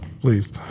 Please